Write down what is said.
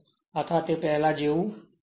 અથવા પહેલા જેવું જ છે